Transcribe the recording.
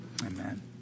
amen